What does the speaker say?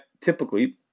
typically